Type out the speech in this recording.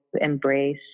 embrace